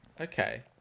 Okay